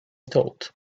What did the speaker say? thought